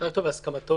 אפשר לכתוב, הסכמתו